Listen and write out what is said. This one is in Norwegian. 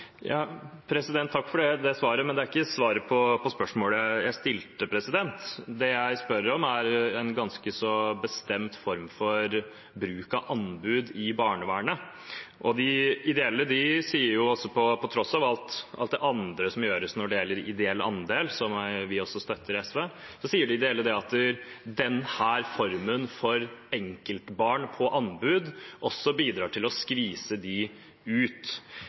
Takk for svaret, men det var ikke et svar på spørsmålet jeg stilte. Det jeg spør om, gjelder en ganske bestemt form for bruk av anbud i barnevernet. De ideelle sier jo – på tross av alt det andre som gjøres når det gjelder ideell andel, som vi i SV støtter – at denne formen for enkeltbarn på anbud også bidrar til å skvise dem ut.